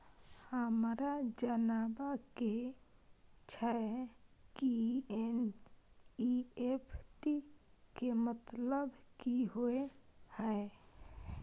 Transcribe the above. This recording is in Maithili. हमरा जनबा के छै की एन.ई.एफ.टी के मतलब की होए है?